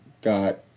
got